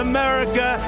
America